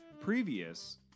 previous